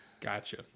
Gotcha